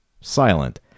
silent